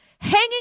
hanging